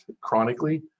chronically